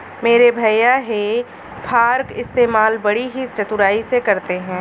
मेरे भैया हे फार्क इस्तेमाल बड़ी ही चतुराई से करते हैं